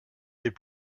les